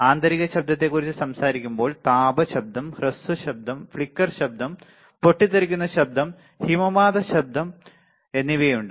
ആന്തരിക ശബ്ദത്തെക്കുറിച്ച് സംസാരിക്കുമ്പോൾ താപ ശബ്ദം ഹ്രസ്വ ശബ്ദം ഫ്ലിക്കർ ശബ്ദം പൊട്ടിത്തെറിക്കുന്ന ശബ്ദം ഹിമപാത ശബ്ദം എന്നിവയുണ്ട്